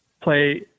play